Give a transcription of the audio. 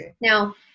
Now